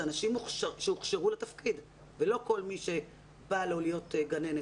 זה אנשים שהוכשרו לתפקיד ולא כל מי שבא לו להיות גננת,